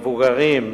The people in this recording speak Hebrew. מבוגרים,